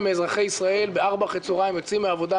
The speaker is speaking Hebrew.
מאזרחי ישראל ב-16:00 אחר הצהריים יוצאים מהעבודה,